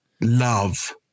love